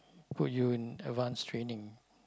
put you in advance training